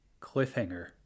Cliffhanger